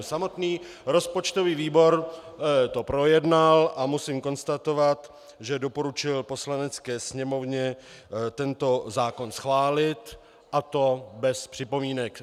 Samotný rozpočtový výbor to projednal a musím konstatovat, že doporučil Poslanecké sněmovně tento zákon schválit, a to bez připomínek.